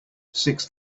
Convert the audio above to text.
six